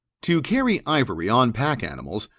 to carry ivory on pack-animals,